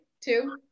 two